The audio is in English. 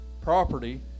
property